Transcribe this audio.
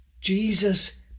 Jesus